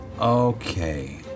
Okay